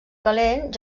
calent